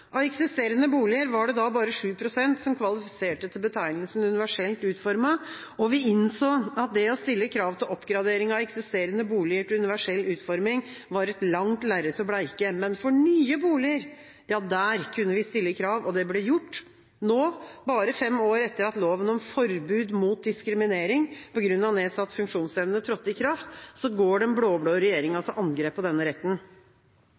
Av eksisterende boliger var det bare 7 pst. som kvalifiserte til betegnelsen «universelt utformet». Vi innså at det å stille krav til oppgradering av eksisterende boliger til universell utforming var et langt lerret å bleike. Men for nye boliger, ja, der kunne vi stille krav, og det ble gjort. Nå, bare fem år etter at loven om forbud mot diskriminering på grunn av nedsatt funksjonsevne trådte i kraft, går den blå-blå regjeringa til angrep på denne retten.